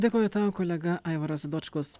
dėkoju tau kolega aivaras dočkus